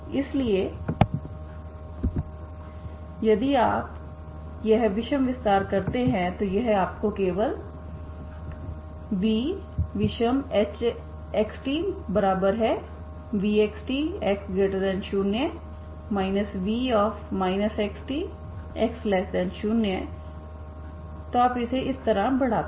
इसलिए यदि आप यह विषम विस्तार करते हैं तो यह आपको केवल vविषमxtvxt x0 v xtx0 तो आप इसे इस तरह बढ़ाते हैं